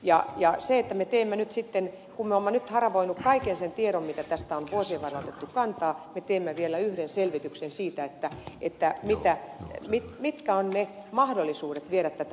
ja ja se että me teemme nyt kun me olemme haravoineet kaiken sen miten tähän on vuosien varrella otettu kantaa me teemme vielä yhden selvityksen siitä mitkä ovat mahdollisuudet viedä tätä eteenpäin